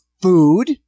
food